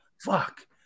fuck